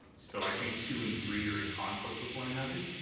so i think two and three are in conflict with one another.